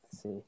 See